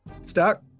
Stuck